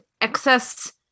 excess